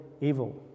evil